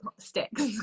sticks